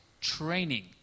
training